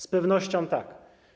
Z pewnością tak.